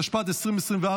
התשפ"ד 2024,